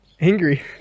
Angry